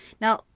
Now